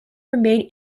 remained